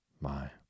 My